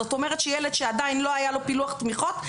זאת אומרת שילד שעדיין לא היה לו פילוח תמיכות,